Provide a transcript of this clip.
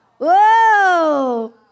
Whoa